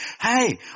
hey